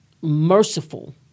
Merciful